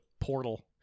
portal